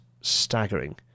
staggering